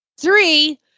Three